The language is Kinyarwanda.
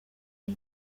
hey